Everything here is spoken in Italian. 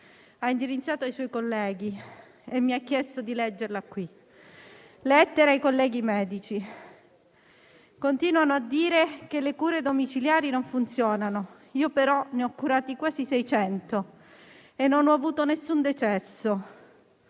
ha indirizzato ai suoi colleghi, chiedendomi di leggerla in questa sede: lettera ai colleghi medici. Continuano a dire che le cure domiciliari non funzionano, io però ne ho curati quasi 600 e non ho avuto nessun decesso.